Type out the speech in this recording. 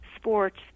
sports